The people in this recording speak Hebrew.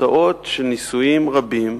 ותוצאות של ניסויים רבים